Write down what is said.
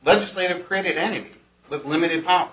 legislative created any limited